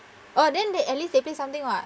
orh then they at least they play something [what]